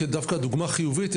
דווקא דוגמה חיובית,